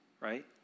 right